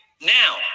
Now